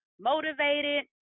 motivated